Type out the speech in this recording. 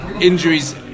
injuries